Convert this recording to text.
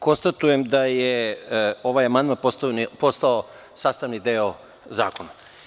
Konstatujem da je ovaj amandman postao sastavni deo Predloga zakona.